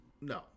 no